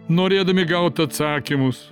norėdami gaut atsakymus